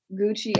Gucci